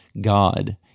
God